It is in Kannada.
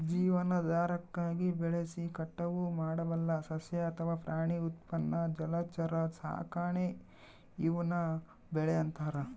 ಜೀವನಾಧಾರಕ್ಕಾಗಿ ಬೆಳೆಸಿ ಕಟಾವು ಮಾಡಬಲ್ಲ ಸಸ್ಯ ಅಥವಾ ಪ್ರಾಣಿ ಉತ್ಪನ್ನ ಜಲಚರ ಸಾಕಾಣೆ ಈವ್ನ ಬೆಳೆ ಅಂತಾರ